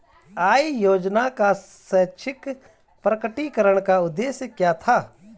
आय योजना का स्वैच्छिक प्रकटीकरण का उद्देश्य क्या था?